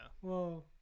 Whoa